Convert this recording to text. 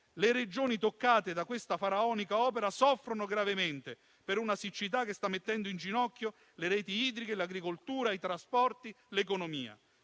le Regioni toccate da questa faraonica opera soffrono gravemente per una siccità che sta mettendo in ginocchio le reti idriche, l'agricoltura, i trasporti, l'economia: